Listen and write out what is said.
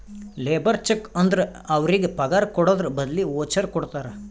labour check ಅಂದುರ್ ಅವ್ರಿಗ ಪಗಾರ್ ಕೊಡದ್ರ್ ಬದ್ಲಿ ವೋಚರ್ ಕೊಡ್ತಾರ